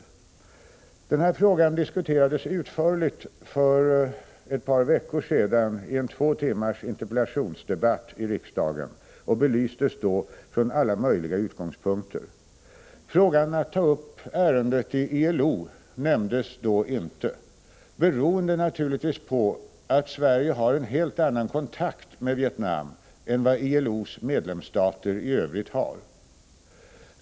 Saken diskuterades utförligt för ett par veckor sedan i en två timmars interpellationsdebatt i riksdagen. Den belystes då från alla möjliga utgångspunkter. Att man skulle kunna ta upp ärendet i ILO nämndes inte — naturligtvis beroende på att Sverige har en helt annan kontakt med Vietnam än vad ILO:s medlemsstater i övrigt har.